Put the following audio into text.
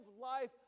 life